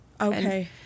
Okay